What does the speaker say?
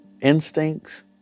instincts